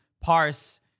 parse